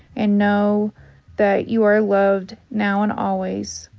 and know that you are loved now and always.